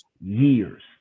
years